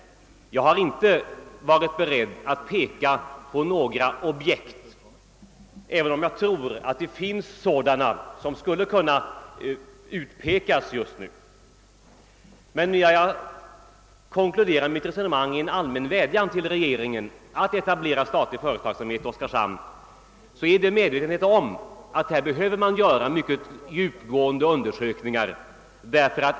Jag har inte varit beredd att peka på något särskilt objekt, även om jag tror att det finns sådana som skulle kunna utpekas just nu. Och när jag konkluderar mitt resonemang i en allmän vädjan till regeringen att etablera statlig företagsamhet i Oskarshamn, så gör jag det i medvetande om att det behövs mycket djupgående undersökningar.